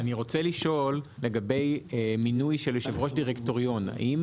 לגבי מינוי של יושב-ראש דירקטוריון האם